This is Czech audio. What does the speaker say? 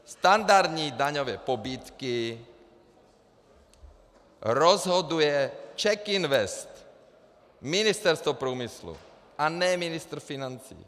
Standardní daňové pobídky rozhoduje CzechInvest, Ministerstvo průmyslu, a ne ministr financí.